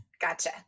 Gotcha